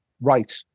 right